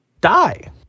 die